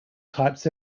types